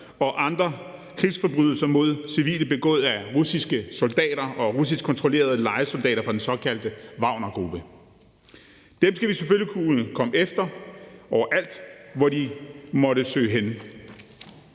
og andre krigsforbrydelser mod civile begået af russiske soldater og russiskkontrollerede lejesoldater fra den såkaldte Wagnergruppe. Dem skal vi selvfølgelig kunne komme efter overalt, hvor de måtte søge hen.